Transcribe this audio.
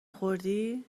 خوردی